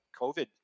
COVID